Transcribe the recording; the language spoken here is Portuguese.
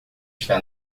está